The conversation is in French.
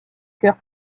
chœur